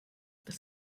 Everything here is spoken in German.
das